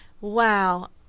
wow